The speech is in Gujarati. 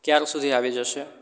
ક્યાર સુધી આવી જશે